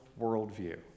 worldview